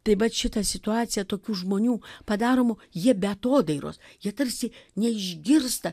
tai vat šita situacija tokių žmonių padaromų jie be atodairos ji tarsi neišgirsta